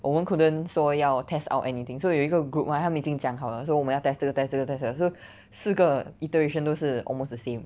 我们 couldn't 说要 test out anything so 有一个 group right 他们已经讲好了说我们要 test 这个 test 这个 test 这个 so 四个 iteration 都是 almost the same